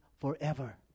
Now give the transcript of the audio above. forever